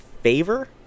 favor